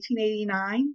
1889